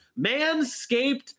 manscaped